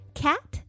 cat